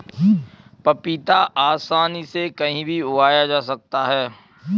पपीता आसानी से कहीं भी उगाया जा सकता है